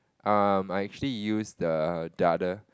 um I actually use the the other